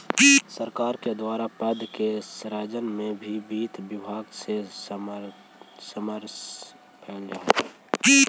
सरकार के द्वारा पद के सृजन में भी वित्त विभाग से परामर्श कैल जा हइ